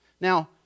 Now